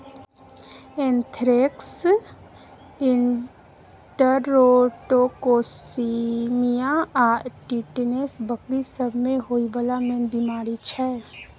anthrax, enterotoxaemia आ tetanus बकरी सब मे होइ बला मेन बेमारी छै